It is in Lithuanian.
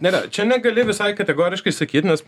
nėra čia negali visai kategoriškai sakyt nes